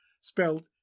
spelled